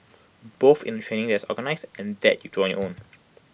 both in the training is organised and that you do on your own